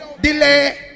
delay